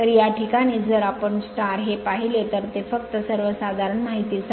तर या प्रकरणात जर आपण हे पाहिले तर ते फक्त सर्वसाधारण माहितीसाठी